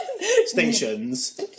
stations